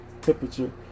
temperature